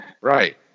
Right